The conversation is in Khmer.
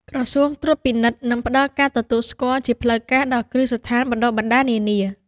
ក្រសួងត្រួតពិនិត្យ និងផ្តល់ការទទួលស្គាល់ជាផ្លូវការដល់គ្រឹះស្ថានបណ្ដុះបណ្ដាលនានា។